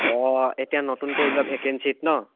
অঁ এতিয়া নতুনকৈ ওলোৱা ভেকেঞ্চিত ন